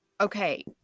okay